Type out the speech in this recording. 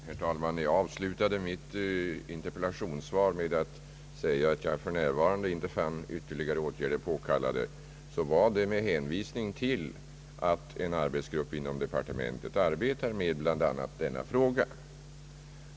Herr talman! När jag avslutade mitt interpellationssvar med att säga att jag för närvarande inte fann ytterligare åtgärder påkallade var det med hänvis ning till att en arbetsgrupp inom departementet arbetar med bl.a. denna fråga.